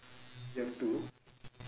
you have two